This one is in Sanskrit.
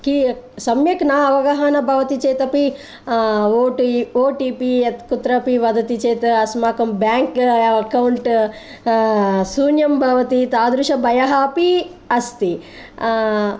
की सम्यक् न अवगहनं भवति चेत् अपि O T O T P यत् कुत्रापि वदति चेत् अस्माकं बेङ्क् अकौण्ट् शून्यं भवति तादृशं भयमपि अस्ति